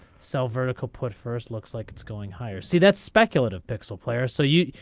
sell vertical put first looks like it's going higher see that's speculative pixel player so you.